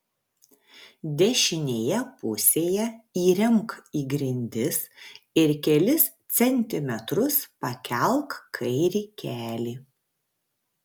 dešinėje pusėje įremk į grindis ir kelis centimetrus pakelk kairį kelį